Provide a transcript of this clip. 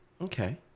okay